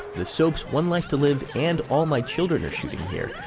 the soaps one life to live and all my children are shooting here.